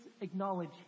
acknowledge